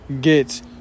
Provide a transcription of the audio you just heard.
get